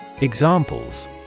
Examples